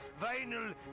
Vinyl